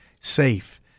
safe